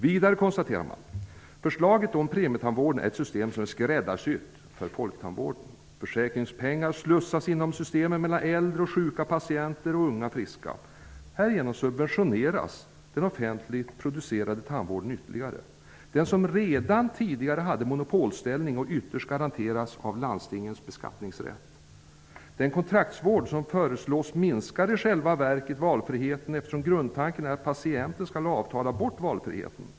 Vidare konstaterar man att förslaget om premietandvården innebär ett system som är skräddarsytt för folktandvården. Försäkringspengar slussas inom systemet mellan äldre, sjuka patienter och unga, friska. Härigenom subventioneras den offentligt producerade tandvården ytterligare. Den hade redan tidigare monopolställning, och den garanteras ytterst av landstingens beskattningsrätt. Den kontraktstandvård som föreslås minskar i själva verket valfriheten, eftersom grundtanken är att patienten skall avtala bort valfriheten.